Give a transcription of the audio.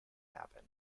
happen